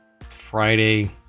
friday